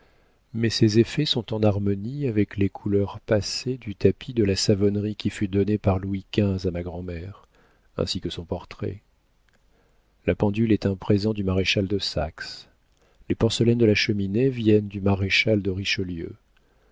mais ces effets sont en harmonie avec les couleurs passées du tapis de la savonnerie qui fut donné par louis xv à ma grand'mère ainsi que son portrait la pendule est un présent du maréchal de saxe les porcelaines de la cheminée viennent du maréchal de richelieu